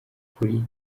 kuri